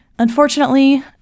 Unfortunately